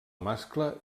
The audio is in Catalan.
mascle